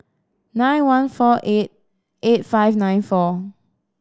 nine one four eight eight five nine four